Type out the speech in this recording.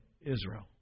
Israel